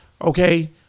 Okay